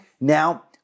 Now